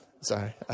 sorry